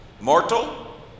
Mortal